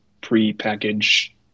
pre-package